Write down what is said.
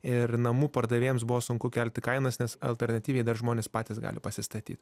ir namų pardavėjams buvo sunku kelti kainas nes alternatyviai dar žmonės patys gali pasistatyt